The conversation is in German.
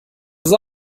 sie